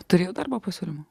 turi jau darbo pasiūlymų